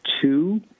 two